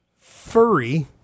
Furry